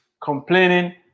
complaining